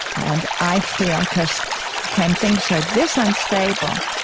and i feel. because when things are this unstable,